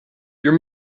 your